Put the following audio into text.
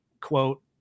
quote